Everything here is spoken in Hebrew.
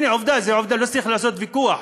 הנה, עובדה, לא צריך לעשות ויכוח.